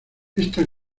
esta